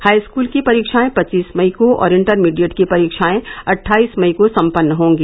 high school की परीक्षाएं पच्चीस मई को और इंटरीडिएट की परीक्षाएं अट्ठाईस मई को संपन्न होंगी